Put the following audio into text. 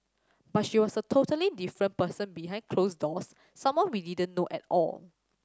but she was a totally different person behind closed doors someone we didn't know at all